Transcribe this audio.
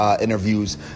interviews